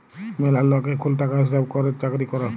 ম্যালা লক এখুল টাকার হিসাব ক্যরের চাকরি ক্যরে